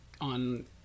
On